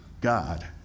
God